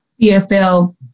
PFL